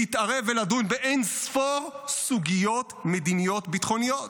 להתערב ולדון באין-ספור סוגיות מדיניות ביטחוניות: